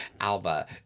Alba